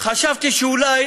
שאולי